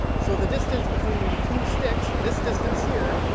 so the distance between the two sticks this distance here